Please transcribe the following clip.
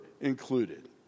included